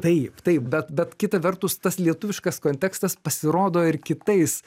taip taip bet bet kita vertus tas lietuviškas kontekstas pasirodo ir kitais